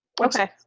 Okay